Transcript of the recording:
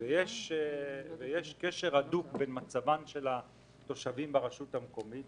יש קשר הדוק בין מצבם של התושבים ברשות המקומית